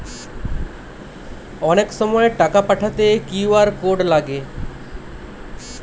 অনেক সময় টাকা পাঠাতে কিউ.আর কোড লাগে